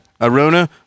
Arona